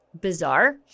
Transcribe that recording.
Bizarre